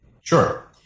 Sure